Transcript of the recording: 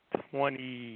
twenty